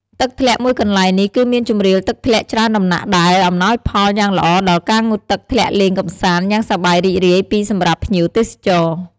ទឹកធ្លាក់មួយកន្លែងនេះគឺមានជម្រាលទឹកធ្លាក់ច្រើនដំណាក់ដែល អំណោយផលយ៉ាងល្អដល់ការងូតទឹកធ្លាក់លេងកម្សាន្ដយ៉ាងសប្បាយរីករាយពីសម្រាប់ភ្ញៀវទេសចរ ។